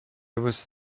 was